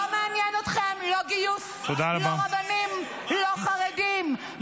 לא מעניין אתכם לא גיוס, לא רבנים, לא חרדים.